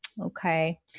Okay